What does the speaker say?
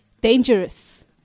dangerous